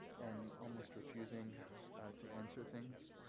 and almost refusing to answer things.